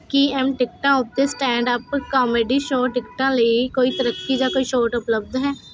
ਕੀ ਐਮ ਟਿਕਟਾਂ ਉੱਤੇ ਸਟੈਂਡਅੱਪ ਕਾਮੇਡੀ ਸ਼ੋਅ ਟਿਕਟਾਂ ਲਈ ਕੋਈ ਤਰੱਕੀ ਜਾਂ ਛੋਟ ਉਪਲੱਬਧ ਹੈ